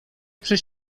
przez